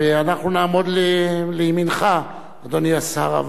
ואנחנו נעמוד לימינך, אדוני השר.